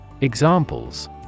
Examples